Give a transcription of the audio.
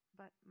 But